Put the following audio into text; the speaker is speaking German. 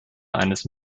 eines